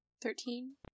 thirteen